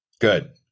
Good